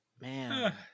Man